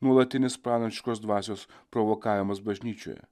nuolatinis pranašiškos dvasios provokavimas bažnyčioje